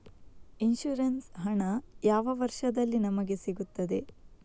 Insurance ಹಣ ಯಾವ ವರ್ಷದಲ್ಲಿ ನಮಗೆ ಸಿಗುತ್ತದೆ?